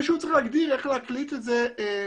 צריך פשוט להגדיר איך מקליטים את זה נכון.